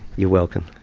you're welcome.